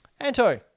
Anto